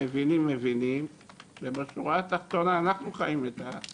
מבינים" ובשורה התחתונה אנחנו חיים את השטח.